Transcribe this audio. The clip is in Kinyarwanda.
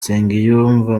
nsengiyumva